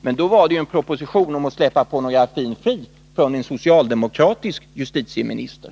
Men då var det fråga om en proposition om att släppa pornografin fri — en proposition från en socialdemokratisk justitieminister.